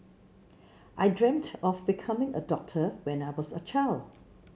I dreamed of becoming a doctor when I was a child